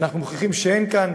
אנחנו מוכיחים שאין כאן,